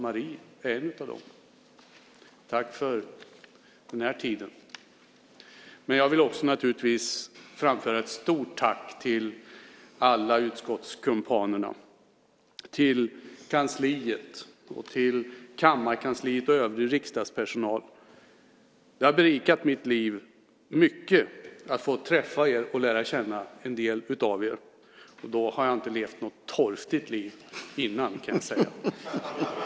Marie är en av dem. Tack för den här tiden! Jag vill också naturligtvis framföra ett stort tack till alla utskottskumpaner, till kansliet, till kammarkansliet och övrig riksdagspersonal. Det har berikat mitt liv mycket att få träffa er och lära känna en del av er. Och då har jag inte levt något torftigt liv innan, kan jag säga.